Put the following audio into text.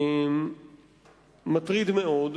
מטרידה מאוד.